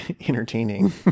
entertaining